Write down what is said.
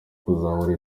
kuzahura